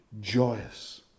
joyous